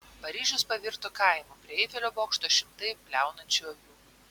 paryžius pavirto kaimu prie eifelio bokšto šimtai bliaunančių avių